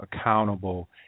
accountable